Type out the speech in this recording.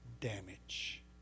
damage